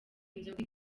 inzoga